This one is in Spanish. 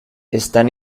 están